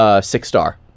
six-star